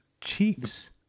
Chiefs